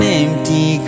empty